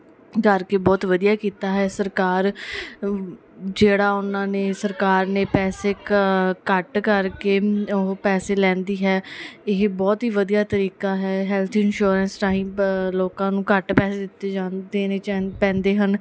ਕਰਕੇ ਬਹੁਤ ਵਧੀਆ ਕੀਤਾ ਹੈ ਸਰਕਾਰ ਜਿਹੜਾ ਉਹਨਾਂ ਨੇ ਸਰਕਾਰ ਨੇ ਪੈਸੇ ਕ ਘੱਟ ਕਰਕੇ ਉਹ ਪੈਸੇ ਲੈਂਦੀ ਹੈ ਇਹ ਬਹੁਤ ਹੀ ਵਧੀਆ ਤਰੀਕਾ ਹੈ ਹੈਲਥ ਇਨਸ਼ੋਰੈਂਸ ਰਾਹੀਂ ਬ ਲੋਕਾਂ ਨੂੰ ਘੱਟ ਪੈਸੇ ਦਿੱਤੇ ਜਾਂਦੇ ਨੇ ਚਨ ਪੈਂਦੇ ਹਨ